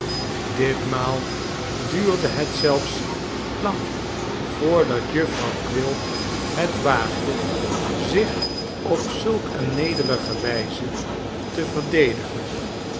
ditmaal duurde het zelfs lang voordat jufvrouw quilp het waagde zich op zulk eene nederige wijze te verdedigen